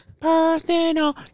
Personal